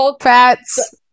fats